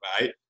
right